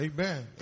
Amen